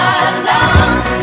alone